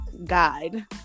Guide